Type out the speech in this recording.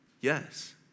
yes